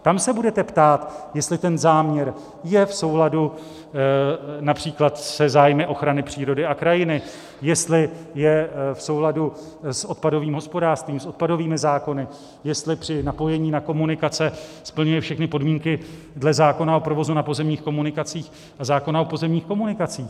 Tam se budete ptát, jestli ten záměr je v souladu například se zájmy ochrany přírody a krajiny, jestli je v souladu s odpadovým hospodářstvím, s odpadovými zákony, jestli při napojení na komunikace splňuje všechny podmínky dle zákona o provozu na pozemních komunikacích a zákona o pozemních komunikacích.